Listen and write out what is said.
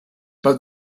but